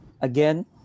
again